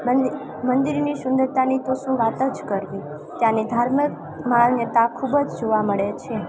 મંદી મંદિરની સુંદરતાની તો શું વાત જ કરવી ત્યાંની ધાર્મિક માન્યતા ખૂબ જ જોવા મળે છે